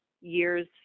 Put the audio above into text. year's